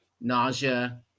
nausea